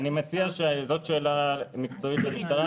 זאת שאלה מקצועית למשרד.